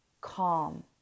calm